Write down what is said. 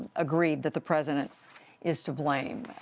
agreed that the president is to blame.